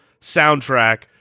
soundtrack